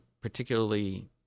particularly